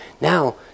now